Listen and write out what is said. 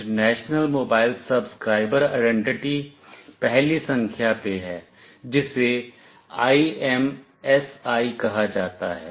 international mobile subscriber identity पहली संख्या पे है जिसे IMSI कहा जाता है